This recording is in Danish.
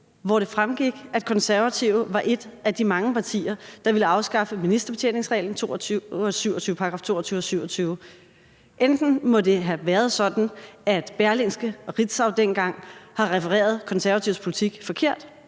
hvor det fremgik, at Konservative var et af de mange partier, der ville afskaffe ministerbetjeningsreglen, § 22 og § 27. Enten må det have været sådan, at Berlingske og Ritzau dengang har refereret Konservatives politik forkert